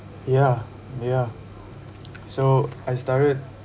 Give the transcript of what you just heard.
ya ya so I started